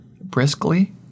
briskly